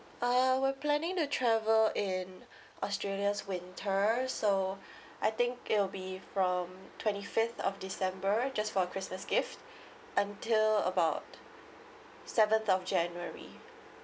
uh we're planning to travel in australia's winter so I think it'll be from twenty fifth of december just for christmas gift until about seventh of january